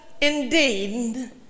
indeed